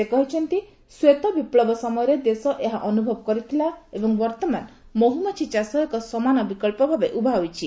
ସେ କହିଛନ୍ତି ଶ୍ୱେତ ବିପ୍ଳବ ସମୟରେ ଦେଶ ଏହା ଅନୁଭବ କରିଥିଲା ଏବଂ ବର୍ତ୍ତମାନ ମହୁମାଛି ଚାଷ ଏକ ସମାନ ବିକ୍ସ ଭାବେ ଉଭା ହୋଇଛି